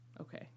Okay